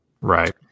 Right